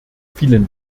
vielen